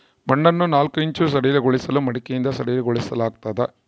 ಮಣ್ಣನ್ನು ನಾಲ್ಕು ಇಂಚು ಸಡಿಲಗೊಳಿಸಲು ಮಡಿಕೆಯಿಂದ ಸಡಿಲಗೊಳಿಸಲಾಗ್ತದೆ